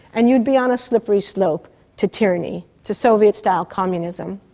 and you'd be on a slippery slope to tyranny, to soviet style communism.